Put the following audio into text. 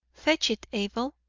fetch it, abel.